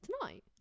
Tonight